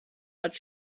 but